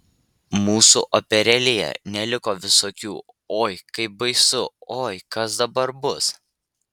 mūsų operėlėje neliko visokių oi kaip baisu oi kas dabar bus